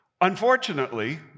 unfortunately